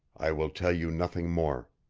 i will tell you nothing more.